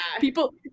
People